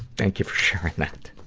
thank you for sharing that.